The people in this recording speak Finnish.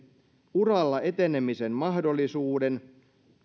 uralla etenemisen mahdollisuuden